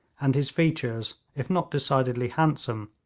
and his features, if not decidedly handsome,